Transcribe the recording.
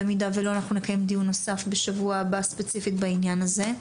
במידה ולא אנחנו נקיים דיון נוסף בשבוע הבא ספציפית בעניין הזה,